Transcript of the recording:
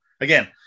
Again